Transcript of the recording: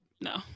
No